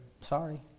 Sorry